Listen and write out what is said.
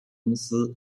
公司